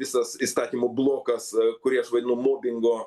visas įstatymų blokas kurį aš vadinu mobingo